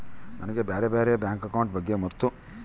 ನನಗೆ ಬ್ಯಾರೆ ಬ್ಯಾರೆ ಬ್ಯಾಂಕ್ ಅಕೌಂಟ್ ಬಗ್ಗೆ ಮತ್ತು?